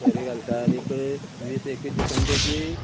चरी घालता आनीक वीस एकवीस दिसांनी तेजी